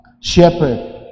shepherd